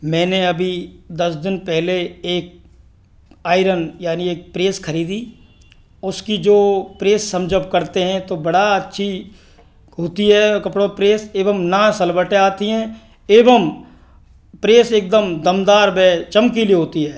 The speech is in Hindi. मैंने अभी दस दिन पहले एक आयरन यानी एक प्रेस खरीदी उसकी जो प्रेस हम जब करते है तो बड़ा अच्छी होती है कपड़ों पर प्रेस एवं ना सलवटें आती हैं एवं प्रेस एकदम दमदार व चमकीली होती है